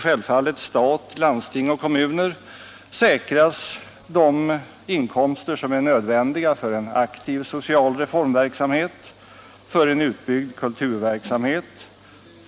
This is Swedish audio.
Självfallet måste stat, landsting och kommuner tillförsäkras de inkomster som är nödvändiga för en aktiv social reformpolitik, en utbyggnad av kulturverksamheten,